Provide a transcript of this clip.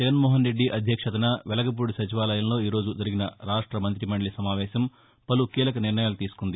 జగన్మోహన్ రెడ్డి అధ్యక్షతన వెలగపూడి సచివాలయంలో ఈ రోజు జరిగిన రాష్ట మంతి మండలి సమావేశం పలు కీలక నిర్ణయాలు తీసుకుంది